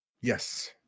Yes